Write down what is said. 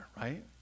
right